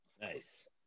Nice